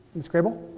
miss grey bull.